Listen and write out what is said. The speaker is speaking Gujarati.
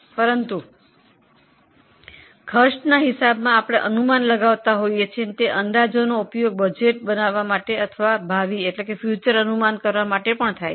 પરંતુ પડતર હિસાબીકરણમાં આપણે અનુમાન લગાવતા હોઈએ છીએ અને તે અનુમાન બજેટ બનાવવા માટે અથવા ભવિષ્યનો અંદાજો કરવા માટે ઉપયોગી થાય છે